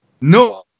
No